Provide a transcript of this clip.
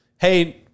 hey